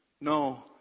No